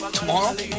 Tomorrow